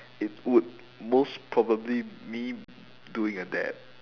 it would most probably me doing a dab